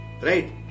right